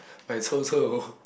but it's also